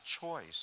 choice